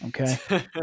Okay